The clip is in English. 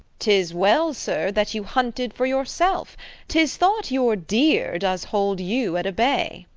tis well, sir, that you hunted for yourself tis thought your deer does hold you at a bay.